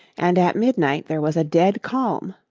and at midnight there was a dead calm,